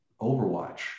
overwatch